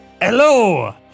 Hello